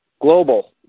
global